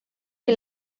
que